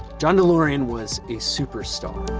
john delorean was a superstar.